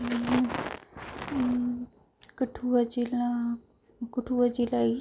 कठुआ जिला कठुआ जिला ई